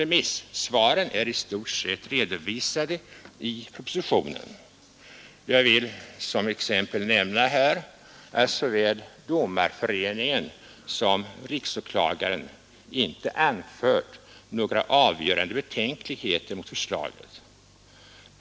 Remissvaren är i stort sett redovisade i propositionen. Jag kan som exempel bara erinra om att varken domareföreningen eller riksåklagaren har anfört några avgörande betänkligheter mot förslaget.